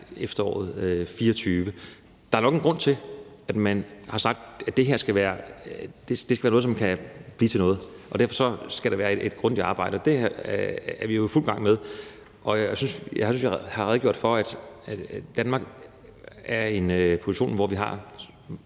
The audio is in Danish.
efteråret 2024. Der er nok en grund til, at man har sagt, at det her er noget, som skal blive til noget, og derfor skal der gøres et grundigt stykke arbejde, og det er vi jo i fuld gang med. Jeg synes, jeg har redegjort for Danmarks position, nemlig at